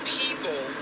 people